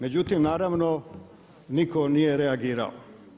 Međutim naravno nitko nije reagirao.